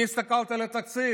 אני הסתכלתי על התקציב: